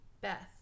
Beth